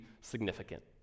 significant